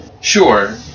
Sure